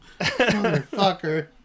Motherfucker